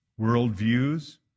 worldviews